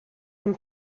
when